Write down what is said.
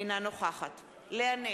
אינה נוכחת לאה נס,